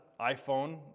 iPhone